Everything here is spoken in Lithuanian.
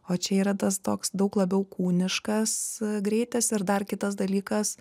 o čia yra tas toks daug labiau kūniškas greitas ir dar kitas dalykas